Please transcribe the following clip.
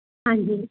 ਹਾਂਜੀ